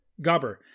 Gobber